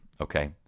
okay